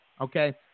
Okay